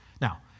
Now